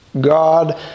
God